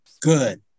good